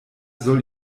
soll